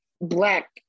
Black